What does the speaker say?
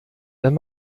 wenn